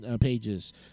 pages